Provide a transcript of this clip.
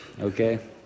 okay